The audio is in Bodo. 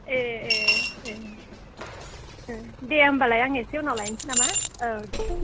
ए ए ए दे होमब्लालाय आं एसे उनाव लायसै नामा औ दे